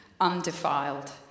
undefiled